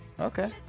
Okay